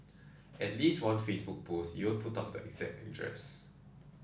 at least one Facebook post even put up the exact address